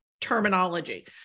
terminology